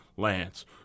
Lance